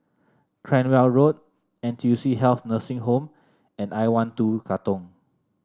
Cranwell Road N T U C Health Nursing Home and I one two Katong